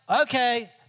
okay